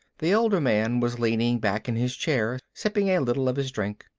the older man was leaning back in his chair, sipping a little of his drink.